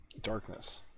darkness